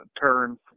turns